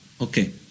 okay